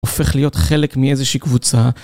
הופך להיות חלק מאיזושהי קבוצה.